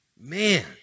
Man